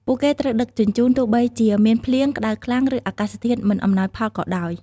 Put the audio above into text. ពួកគេត្រូវដឹកជញ្ជូន ទោះបីជាមានភ្លៀង ក្តៅខ្លាំង ឬអាកាសធាតុមិនអំណោយផលក៏ដោយ។